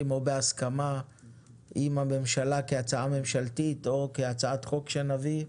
או בהסכמה עם הממשלה כהצעה ממשלתית או כהצעת חוק שנביא,